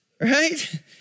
Right